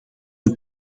een